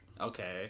Okay